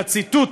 לציטוט